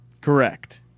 Correct